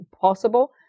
possible